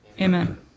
Amen